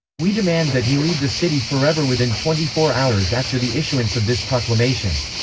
we demand that he leave the city forever within twenty four hours after the issuance of this proclamation.